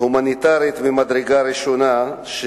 הומניטרית ממדרגה ראשונה.